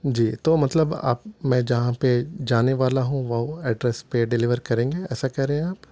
جی تو مطلب آپ میں جہاں پہ جانے والا ہوں وہ ایڈریس پہ ڈلیور کریں گے ایسا کہہ رہ ہے ہیں آپ